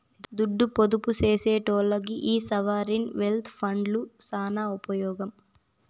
దుడ్డు పొదుపు సేసెటోల్లకి ఈ సావరీన్ వెల్త్ ఫండ్లు సాన ఉపమోగం